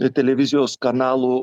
televizijos kanalų